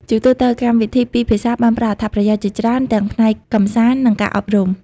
ជាទូទៅ កម្មវិធីពីរភាសាបានផ្តល់អត្ថប្រយោជន៍ជាច្រើនទាំងផ្នែកកម្សាន្តនិងការអប់រំ។